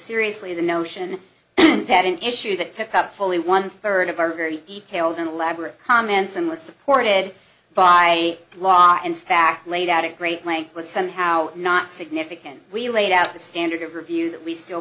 seriously the notion that an issue that took up fully one third of our very detailed and elaborate comments and was supported by a lot in fact laid out at great length was somehow not significant we laid out the standard of review that we still